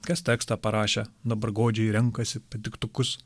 kas tekstą parašę dabar godžiai renkasi patiktukus